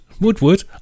Woodward